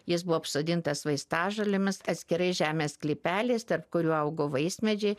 jis buvo apsodintas vaistažolėmis atskirai žemės sklypeliais tarp kurių augo vaismedžiai